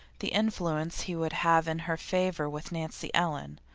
the influence he would have in her favour with nancy ellen.